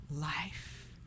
life